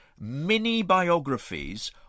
mini-biographies